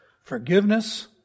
forgiveness